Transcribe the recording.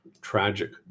tragic